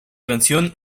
canción